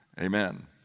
Amen